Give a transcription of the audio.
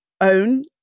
own